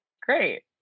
great